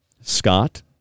Scott